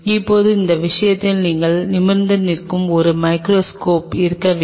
இப்போது அந்த விஷயத்தில் நீங்கள் நிமிர்ந்து நிற்கும் ஒரு மைகிரோஸ்கோப் இருக்க வேண்டும்